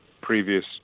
previous